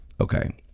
Okay